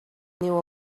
knew